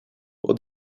what